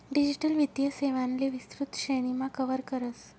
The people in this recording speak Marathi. डिजिटल वित्तीय सेवांले विस्तृत श्रेणीमा कव्हर करस